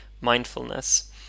mindfulness